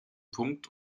punkt